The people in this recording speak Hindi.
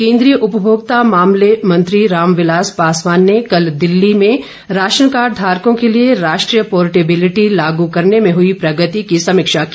केन्द्रीय उपभोक्ता मामले मंत्री रामविलास पासवान ने कल दिल्ली में राशनकार्ड धारकों के लिए राष्ट्रीय पोर्टिब्लिटी लागू करने में हुई प्रगति की समीक्षा की